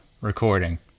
recording